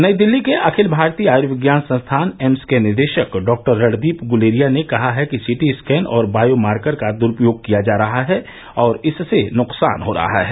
नई दिल्ली के अखिल भारतीय आयुर्विज्ञान संस्थानएम्स के निदेशक डॉ रणदीप गुलेरिया ने कहा है कि सीटी स्कैन और बायोमार्कर का दुरुपयोग किया जा रहा है और इससे नुकसान हो सकता है